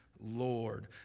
Lord